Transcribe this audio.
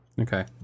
Okay